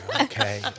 Okay